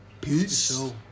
Peace